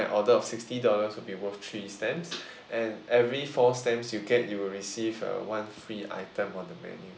an order of sixty dollars will be worth three stamps and every four stamps you get you will receive uh one free item on the menu